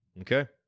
Okay